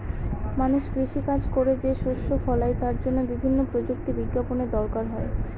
মানুষ কৃষি কাজ করে যে শস্য ফলায় তার জন্য বিভিন্ন প্রযুক্তি বিজ্ঞানের দরকার হয়